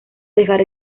dejar